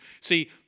See